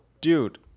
dude